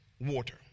water